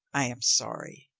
i am sorry